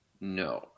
No